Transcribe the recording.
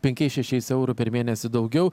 penkiais šešiais eurų per mėnesį daugiau